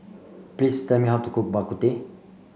please tell me how to cook Bak Kut Teh